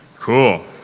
cool.